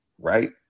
right